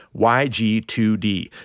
YG2D